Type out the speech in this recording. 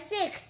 Six